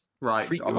Right